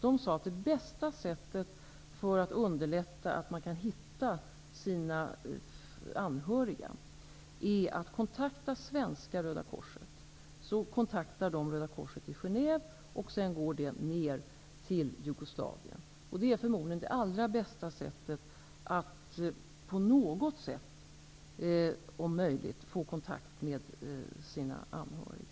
Man sade att det bästa sättet att underlätta återfinnandet av anhöriga är att kontakta svenska Röda korset, som då kontaktar Genève. Sedan förs ärendet ned till Jugoslavien. Det är förmodligen det allra bästa sättet att försöka få kontakt med sina anhöriga.